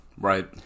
Right